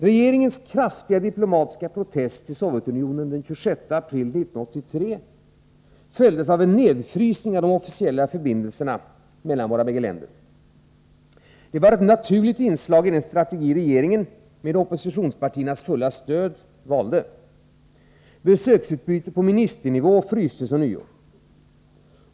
Regeringens kraftiga diplomatiska protest till Sovjetunionen den 26 april 1983 följdes av en nedfrysning av de officiella förbindelserna mellan de bägge länderna. Det var ett naturligt inslag i den strategi regeringen, med oppositionspartiernas stöd, valde. Besöksutbyte på ministernivå frystes ånyo.